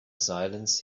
silence